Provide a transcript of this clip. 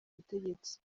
butegetsi